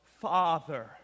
Father